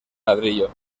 ladrillo